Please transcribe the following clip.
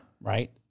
right